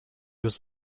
was